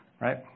Right